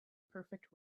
perfect